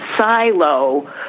silo